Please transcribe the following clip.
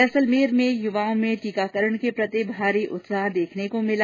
जैसलमेर में युवाओं में टीकाकरण के प्रति भारी उत्साह देखने को मिला